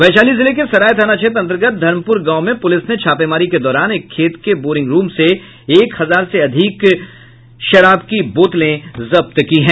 वैशाली जिले के सराय थाना क्षेत्र अंतर्गत धर्मपुर गांव में पुलिस ने छापेमारी के दौरान एक खेत के बोरिंग रूम से एक हजार से अधिक अवैध शराब की बोतल जब्त की है